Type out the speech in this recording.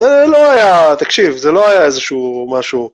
זה לא היה, תקשיב, זה לא היה איזשהו משהו